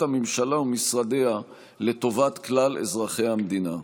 הממשלה ומשרדיה לטובת כלל אזרחי המדינה.